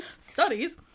studies